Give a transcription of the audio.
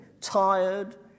Tired